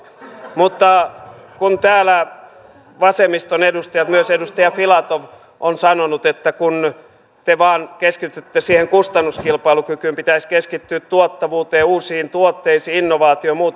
mutta kun täällä vasemmiston edustajat myös edustaja filatov ovat sanoneet että kun te vain keskitytte siihen kustannuskilpailukykyyn ja pitäisi keskittyä tuottavuuteen uusiin tuotteisiin innovaatioon ja muuta